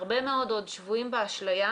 הרבה מאוד שבויים באשליה